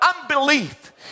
unbelief